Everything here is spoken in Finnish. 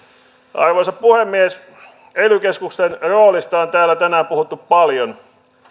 arvoisa puhemies ely keskusten roolista on täällä tänään puhuttu paljon